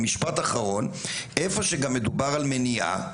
ומשפט אחרון, איפה שגם מדובר על טיפול,